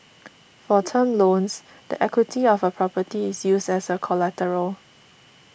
for term loans the equity of a property is used as collateral